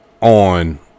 on